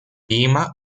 prima